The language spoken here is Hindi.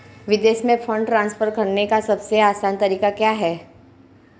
विदेश में फंड ट्रांसफर करने का सबसे आसान तरीका क्या है?